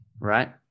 Right